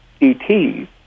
ET